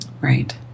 Right